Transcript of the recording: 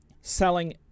selling